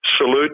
salute